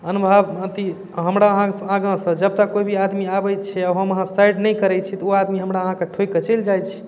अनुभव अथी हमरा अहाँसँ आगाँसँ जब तक कोइ भी आदमी आबै छै हम अहाँ साइड नहि करै छिए तऽ ओ आदमी हमरा अहाँके ठोकिकऽ चलि जाइ छै